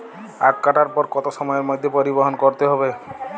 আখ কাটার পর কত সময়ের মধ্যে পরিবহন করতে হবে?